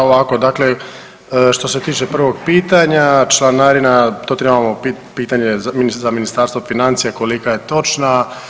Pa ovako, dakle što se tiče prvog pitanja, članarina to trebamo pitanje za Ministarstvo financija kolika je točna.